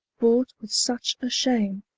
bought with such a shame,